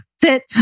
sit